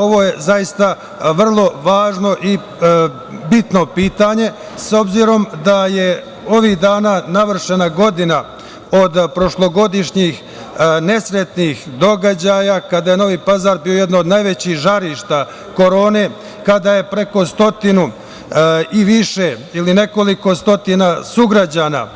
Ovo je zaista vrlo važno i bitno pitanje, s obzirom da je ovih dana navršena godina od prošlogodišnjih nesretnih događaja kada je Novi Pazar bio jedan od najvećih žarišta korone, kada je preko stotinu i više ili nekoliko stotina sugrađana